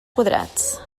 quadrats